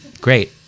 Great